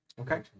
Okay